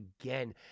again